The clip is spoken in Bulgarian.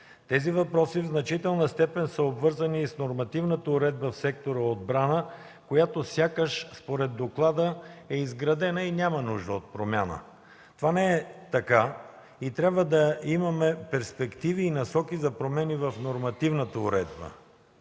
Тези въпроси в значителна степен са обвързани и с нормативната уредба в сектор „Отбрана”, която сякаш според доклада е изградена и няма нужда от промяна. Това не е така и трябва да имаме перспективи и насоки за промени в нормативната уредба.